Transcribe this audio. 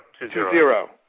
Two-zero